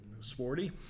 sporty